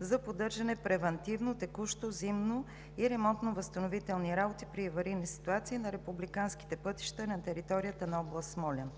за поддържане превантивно, текущо, зимно и ремонтно-възстановителни работи при аварийни ситуации на републиканските пътища на територията на област Смолян.